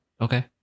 Okay